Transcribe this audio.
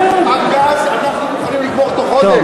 הגז, אנחנו יכולים לגמור בתוך חודש.